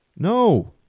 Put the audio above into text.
No